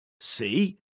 see